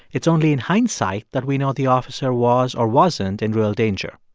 it's only in hindsight that we know the officer was or wasn't in real danger.